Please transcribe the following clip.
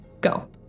go